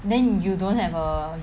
then you don't have a